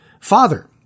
Father